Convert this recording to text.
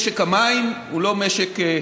משק המים הוא לא משק,